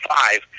five